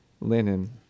Linen